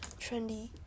trendy